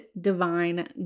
divine